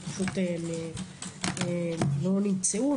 לא נמצאו,